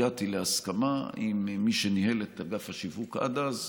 הגעתי להסכמה עם מי שניהל את אגף השיווק עד אז,